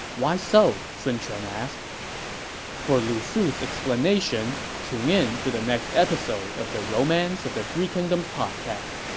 why so? sun quan asked for lu su's explanation, tune in to the next episode of the romance of the three kingdoms podcast.